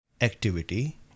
activity